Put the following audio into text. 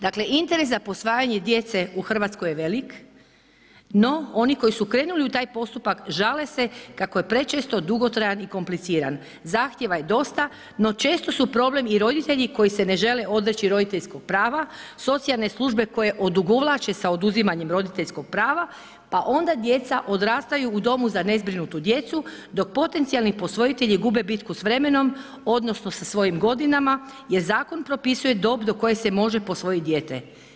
Dakle, interes za posvajanje djece u Hrvatskoj je velik no oni koji su krenuli u taj postupak žale se kako je prečesto dugotrajan i kompliciran, zahtjeva je dosta no često su problem i roditelj koji se ne žele odreći roditeljskog prava, socijalne službe koje odugovlače sa oduzimanjem roditeljskog prava pa onda djeca odrastaju u domu za nezbrinutu djecu dok potencijalni posvojitelji gube bitku s vremenom odnosno sa svojim godinama jer zakon pripisuje dob do koje se može posvojiti dijete.